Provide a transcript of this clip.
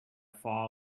far